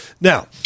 Now